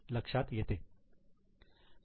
लक्षात येते